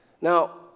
Now